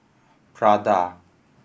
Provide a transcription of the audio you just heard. Prada